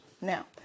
now